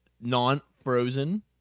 non-Frozen